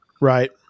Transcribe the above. right